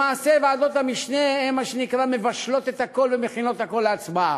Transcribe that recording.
למעשה ועדות המשנה הן מה שנקרא מבשלות את הכול ומכינות הכול להצבעה.